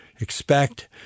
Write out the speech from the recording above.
expect